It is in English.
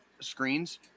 screens